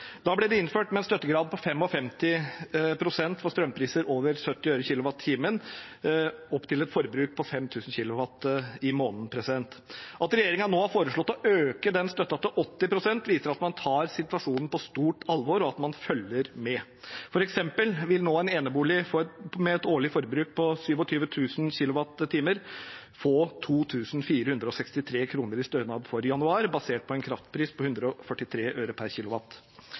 Da ble det innført med en støttegrad på 55 pst. for strømpriser over 70 øre per kWh, opp til et forbruk på 5 000 kWh i måneden. At regjeringen nå har foreslått å øke den støtten til 80 pst., viser at man tar situasjonen på stort alvor, og at man følger med. For eksempel vil nå en enebolig med et årlig forbruk på 27 000 kWh få 2 463 kr i stønad for januar, basert på en kraftpris på 143 øre per